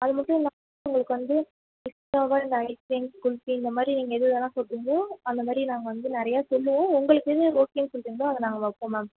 அதை மட்டும் இல்லாமல் உங்களுக்கு வந்து எக்ஸ்ட்டாவாக இந்த ஐஸ் கிரீம் குல்ஃபி இந்தமாதிரி நீங்கள் எது எதுலான்னு சொல்லுறீங்ளோ அந்தமாதிரி நாங்கள் வந்து நிறையா சொல்லுவோம் உங்களுக்கு எது ஓகேன்னு சொல்லுறீங்ளோ அதை நாங்கள் வைப்போம் மேம்